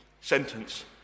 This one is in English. sentence